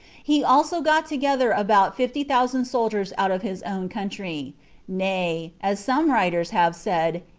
he also got together about fifty thousand soldiers out of his own country nay, as some writers have said,